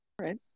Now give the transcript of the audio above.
right